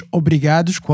obrigados